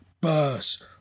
bus